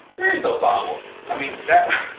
there is no follow, i mean that's